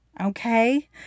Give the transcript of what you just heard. okay